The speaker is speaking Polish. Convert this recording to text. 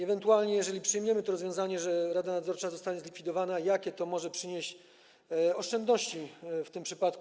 Ewentualnie, jeżeli przyjmiemy to rozwiązanie, że rada nadzorcza zostanie zlikwidowana, jakie to może przynieść oszczędności w tym przypadku?